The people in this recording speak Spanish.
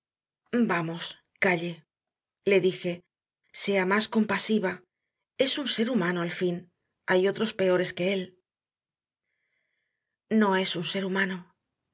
vamos calle le dije sea más compasiva es un ser humano al fin hay otros peores que él no es un ser humano